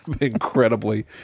Incredibly